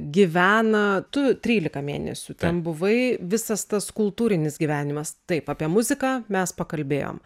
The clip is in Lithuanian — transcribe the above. gyvena tu trylika mėnesių ten buvai visas tas kultūrinis gyvenimas taip apie muziką mes pakalbėjom